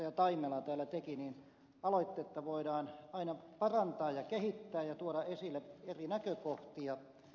taimela täällä teki aloitetta voidaan aina parantaa ja kehittää ja tuoda esille eri näkökohtia